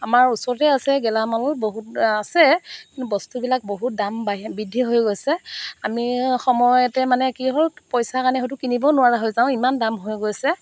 আমাৰ ওচৰতে আছে গেলামাল বহুত আছে কিন্তু বস্তুবিলাক বহুত দাম বাঢ়ি বৃদ্ধি হৈ গৈছে আমি সময়তে মানে কি হ'ল পইচা কাৰণে হয়তো কিনিবও নোৱাৰা হৈ যাওঁ ইমান দাম হৈ গৈছে